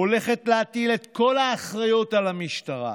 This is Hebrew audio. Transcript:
הולכת להטיל את כל האחריות על המשטרה.